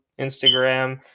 Instagram